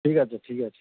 ঠিক আছে ঠিক আছে